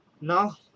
now